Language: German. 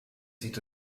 sieht